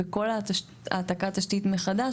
בכל העתקת תשתית מחדש,